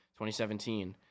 2017